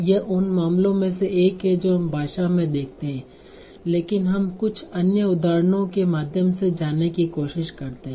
यह उन मामलों में से एक है जो हम भाषा में देखते हैं लेकिन हम कुछ अन्य उदाहरणों के माध्यम से जाने की कोशिश करते हैं